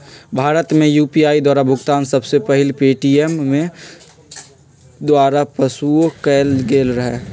भारत में यू.पी.आई द्वारा भुगतान सबसे पहिल पेटीएमें द्वारा पशुरु कएल गेल रहै